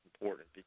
important